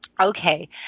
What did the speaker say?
Okay